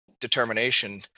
determination